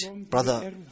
Brother